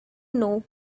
know